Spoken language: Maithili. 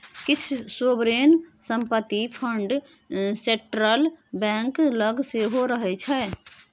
किछ सोवरेन संपत्ति फंड सेंट्रल बैंक लग सेहो रहय छै